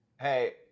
Hey